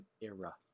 era